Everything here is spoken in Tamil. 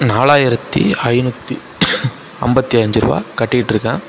நாலாயிரத்தி ஐநூற்றி ஐம்பத்தி ஐந்துரூபா கட்டிட்டு இருக்கேன்